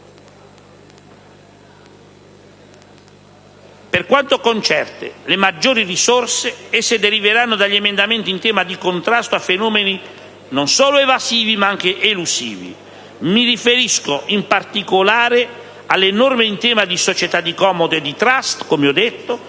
Per quanto concerne le maggiori risorse, esse deriveranno dagli emendamenti in tema di contrasto a fenomeni non solo evasivi ma anche elusivi. Mi riferisco, in particolare, alle norme in tema di società di comodo e di *trust*, come ho già